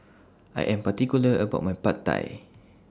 I Am particular about My Pad Thai